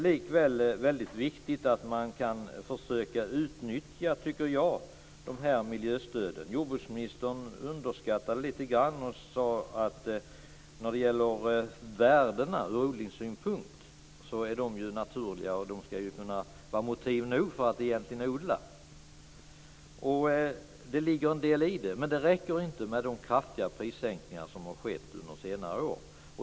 Likväl är det viktigt att man kan försöka utnyttja dessa miljöstöd. Jordbruksministern underskattar nog det lite grann. Hon sade att det finns naturliga värden ur odlingssynpunkt som egentligen är motiv nog för att odla. Det ligger en del i det, men det räcker inte med de kraftiga prissänkningar som har skett under senare år.